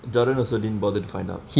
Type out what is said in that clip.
jordan also didn't bother to find out